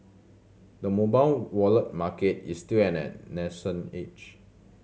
the mobile wallet market is still at an nascent age